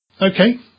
Okay